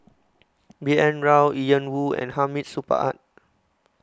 B N Rao Ian Woo and Hamid Supaat